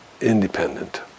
independent